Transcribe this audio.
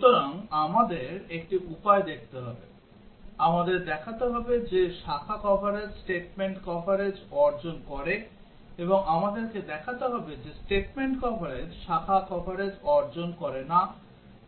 সুতরাং আমাদের একটি উপায় দেখতে হবে আমাদের দেখাতে হবে যে শাখা কভারেজ statement কভারেজ অর্জন করে এবং আমাদেরকে দেখাতে হবে যে statement কভারেজ শাখা কভারেজ অর্জন করে না